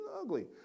ugly